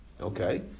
okay